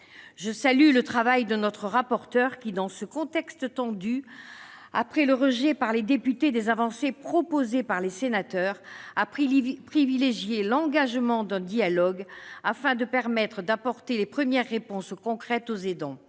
Je salue le travail de notre rapporteur qui, dans le contexte tendu du rejet par les députés des avancées proposées par les sénateurs, a privilégié l'engagement d'un dialogue, afin de permettre d'apporter les premières réponses concrètes aux aidants.